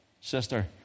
sister